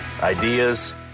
Ideas